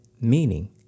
meaning